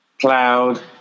cloud